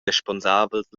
responsabels